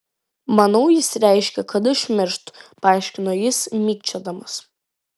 manau jis reiškia kad aš mirštu paaiškino jis mikčiodamas